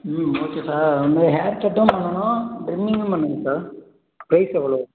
ம் okay sir அது வந்து ஹேர்கட்டும் பண்ணணும் ட்ரிம்மிங்கும் பண்ணணும் சார் ப்ரைஸ் எவ்வளோ